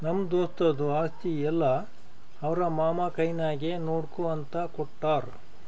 ನಮ್ಮ ದೋಸ್ತದು ಆಸ್ತಿ ಎಲ್ಲಾ ಅವ್ರ ಮಾಮಾ ಕೈನಾಗೆ ನೋಡ್ಕೋ ಅಂತ ಕೊಟ್ಟಾರ್